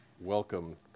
welcome